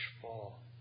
fall